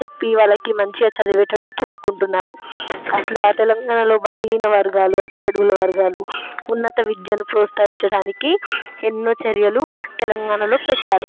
చెప్పి వాళ్ళకి మంచిగా చదివేటట్టు చూసుకుంటున్నారు అట్ల తెలంగాణలో బలహీన వర్గాలు అట్టడుగు వర్గాలు ఉన్నత విద్యను ప్రోత్సహించడానికి ఎన్నో చర్యలు తెలంగాణలో పెట్టారు